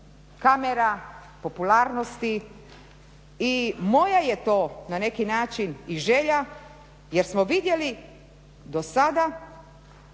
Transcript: kamera, popularnosti i moja je to na neki način i želja jer smo vidjeli do sada